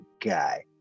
guy